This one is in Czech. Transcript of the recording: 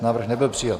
Návrh nebyl přijat.